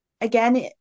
Again